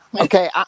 Okay